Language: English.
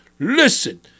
Listen